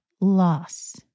loss